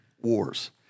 wars